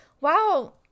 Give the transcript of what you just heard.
Wow